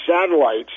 satellites